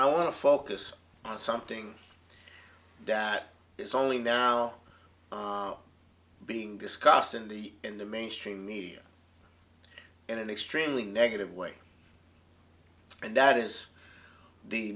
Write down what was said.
to focus on something that is only now being discussed in the in the mainstream media in an extremely negative way and that is the